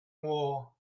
war